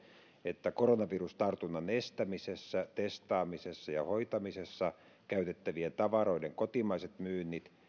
että koronavirustartunnan estämisessä testaamisessa ja hoitamisessa käytettävien tavaroiden kotimaiset myynnit